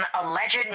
alleged